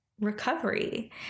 recovery